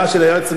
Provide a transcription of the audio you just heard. זה,